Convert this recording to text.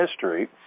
history